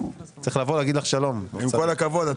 צריך לבוא להגיד לך שלום.